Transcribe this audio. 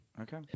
Okay